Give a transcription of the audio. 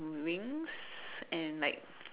wings and like